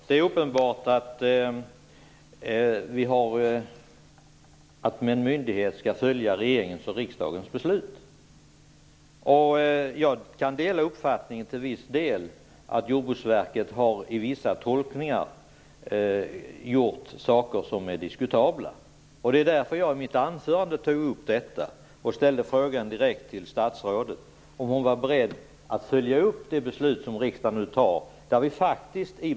Herr talman! Det är självklart att en myndighet skall följa regeringens och riksdagens beslut. Jag kan till viss del dela uppfattningen att Jordbruksverket har gjort vissa tolkningar som är diskutabla. Det var därför som jag i mitt anförande ställde frågan direkt till statsrådet om hon var beredd att följa upp det beslut som riksdagen nu skall fatta.